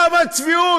כמה צביעות?